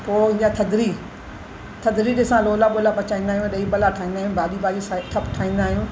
इ ऐं पो ईंदी आहे थधिड़ी थधिड़ी ॾींहुं असां लोला वोला पचाईंदा आहियूं ॾही भला खाईंदा आहियूं भाॼी वाॼी सभु ठाहींदा आहियूं